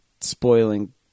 spoiling